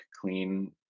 clean